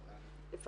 הנושא הזה,